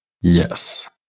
Yes